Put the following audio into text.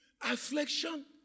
affliction